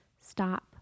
stop